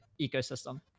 ecosystem